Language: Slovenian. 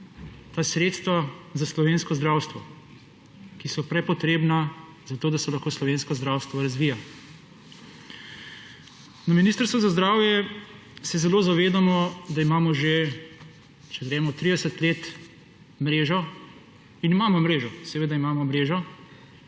ta sredstva za slovensko zdravstvo, ki so prepotrebna, zato da se lahko slovensko zdravstvo razvija. Na Ministrstvu za zdravje se zelo zavedamo, da imamo že30 let mrežo. In imamo mrežo, seveda imamo mrežo,